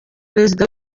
perezida